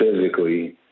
physically